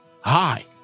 hi